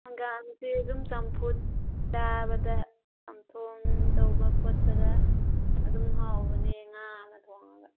ꯍꯪꯒꯥꯝꯁꯦ ꯑꯗꯨꯝ ꯆꯝꯐꯨꯠ ꯆꯥꯕꯗ ꯆꯝꯊꯣꯡ ꯇꯧꯕ ꯈꯣꯠꯄꯗ ꯑꯗꯨꯝ ꯍꯥꯎꯕꯅꯦ ꯉꯥꯒ ꯊꯣꯡꯉꯒ